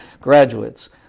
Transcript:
graduates